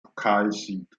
pokalsieg